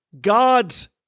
God's